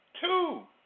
Two